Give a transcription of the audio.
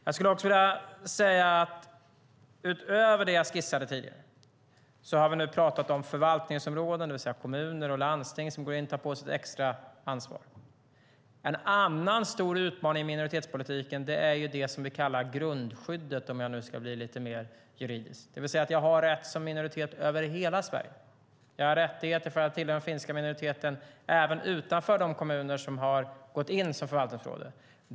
Jag skulle också vilja säga, utöver det jag skissade tidigare: Vi har nu pratat om förvaltningsområden, det vill säga kommuner och landsting, som går in och tar på sig extra ansvar. En annan stor utmaning inom minoritetspolitiken är det vi kallar grundskyddet, om jag nu ska bli lite mer juridisk, det vill säga att jag när jag tillhör en minoritet har rätt över hela Sverige. Jag har, därför att jag tillhör den finska minoriteten, rättigheter även utanför de kommuner som har gått in som förvaltningsområde.